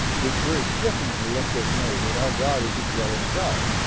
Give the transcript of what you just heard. which very definitely lets us know that our god is a jealous god.